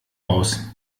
aus